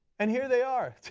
and here they are.